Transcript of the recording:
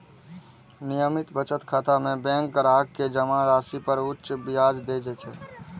नियमित बचत खाता मे बैंक ग्राहक कें जमा राशि पर उच्च ब्याज दै छै